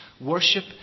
Worship